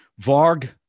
varg